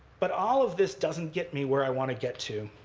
but all of this doesn't get me where i want to get to,